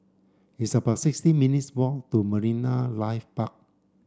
it's about sixteen minutes' walk to Marine Life Park